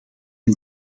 een